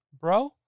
bro